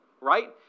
right